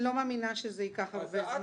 אני לא מאמינה שזה ייקח הרבה זמן.